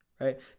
Right